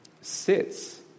sits